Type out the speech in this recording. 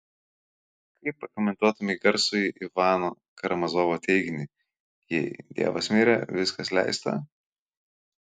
kaip pakomentuotumei garsųjį ivano karamazovo teiginį jei dievas mirė viskas leista